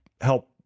help